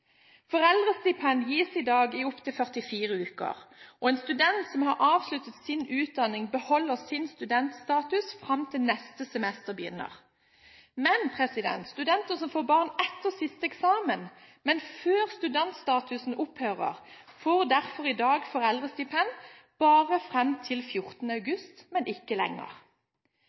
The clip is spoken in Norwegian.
Foreldrestipend gis i dag i opp til 44 uker, og en student som har avsluttet sin utdanning, beholder sin studentstatus fram til neste semester begynner. Men studenter som får barn etter siste eksamen, men før studentstatusen opphører, får derfor i dag foreldrestipend bare fram til 14. august, men ikke lenger.